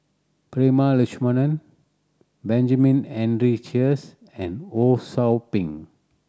Prema Letchumanan Benjamin Henry Sheares and Ho Sou Ping